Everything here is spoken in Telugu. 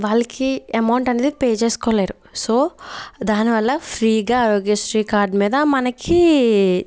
వాళ్ళకి ఎమౌంట్ అనేది పే చేసుకోలేరు సో దానివల్ల ఫ్రీగా ఆరోగ్యశ్రీ కార్డు మీద మనకీ